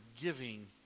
giving